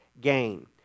gain